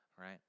right